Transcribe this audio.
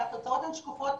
והתוצאות הן שקופות,